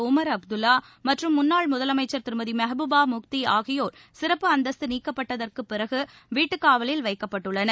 டமர் அப்தல்லா மற்றும் முன்னாள் முதலமைச்சர் திருமதி மெஹபூபா முஃப்தி ஆகியோர் சிறப்பு அந்தஸ்த்து நீக்கப்பட்டப் பிறகு வீட்டுக்காவலில் வைக்கப்பட்டுள்ளனர்